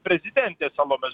prezidentė salomas